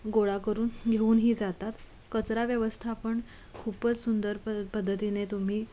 गोळा करून घेऊनही जातात कचरा व्यवस्थापन खूपच सुंदर प पद्धतीने तुम्ही